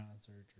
surgery